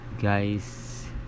guys